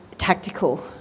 tactical